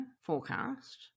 forecast